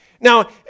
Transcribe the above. Now